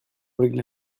régler